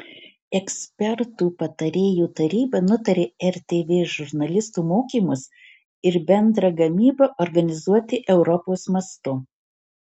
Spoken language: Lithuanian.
ekspertų patarėjų taryba nutarė rtv žurnalistų mokymus ir bendrą gamybą organizuoti europos mastu